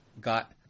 got